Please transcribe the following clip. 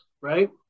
right